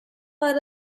out